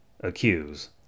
accuse